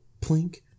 plink